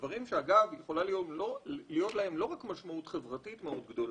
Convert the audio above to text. דברים שאגב יכולה להיות להם לא רק משמעות חברתית מאוד גדולה,